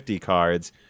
cards